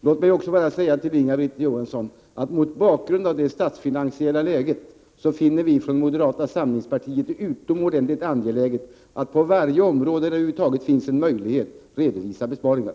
Låt mig också säga till Inga-Britt Johansson att mot bakgrund av det statsfinansiella läget finner vi från moderata samlingspartiet det utomordentligt angeläget att på varje område där det över huvud taget finns en möjlighet redovisa besparingar.